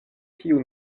tiu